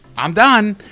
i'm done.